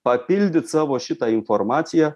papildyt savo šitą informaciją